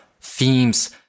themes